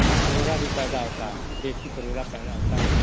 हाँ परोरा भी पैदा होता है देशी परोरा पैदा होता है